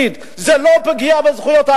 את מי היא ייצגה בבג"ץ?